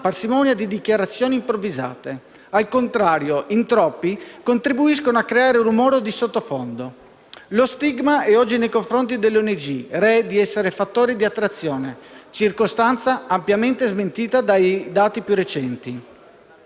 parsimonia di dichiarazioni improvvisate. Al contrario, in troppi contribuiscono a creare rumore di sottofondo. Lo stigma è oggi nei confronti delle ONG, ree di essere fattore di attrazione, circostanza ampiamente smentita dai dati più recenti